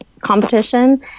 competition